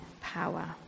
power